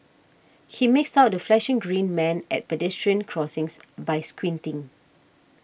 he makes out the flashing green man at pedestrian crossings by squinting